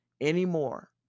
anymore